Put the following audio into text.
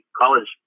college